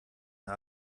der